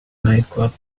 nightclub